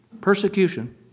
persecution